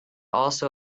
also